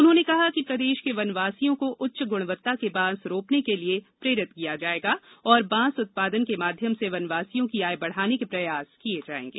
उन्होंने कहा कि प्रदेश के वनवासियों को उच्च गुणवत्ता के बांस रोपण के लिए प्रेरित किया जाएगा तथा बांस उत्पादन के माध्यम से वनवासियों की आय बढ़ाने के प्रयास किए जाएंगे